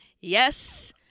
Yes